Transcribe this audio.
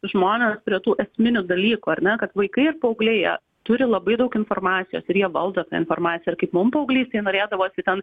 žmones prie tų esminių dalykų ar ne kad vaikai ar paaugliai jie turi labai daug informacijos ir jie valdo tą informaciją ir kaip mum paauglystėj norėdavosi ten